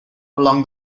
along